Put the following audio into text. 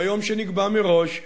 ביום שנקבע מראש,